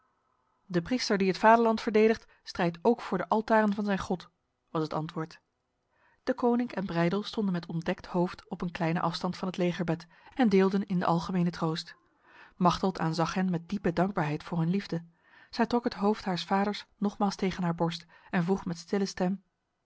de priester die het vaderland verdedigt strijdt ook voor de altaren van zijn god was het antwoord deconinck en breydel stonden met ontdekt hoofd op een kleine afstand van het legerbed en deelden in de algemene troost machteld aanzag hen met diepe dankbaarheid voor hun liefde zij trok het hoofd haars vaders nogmaals tegen haar borst en vroeg met stille stem